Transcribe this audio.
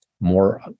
more